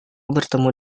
bertemu